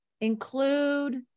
include